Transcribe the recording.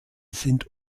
sind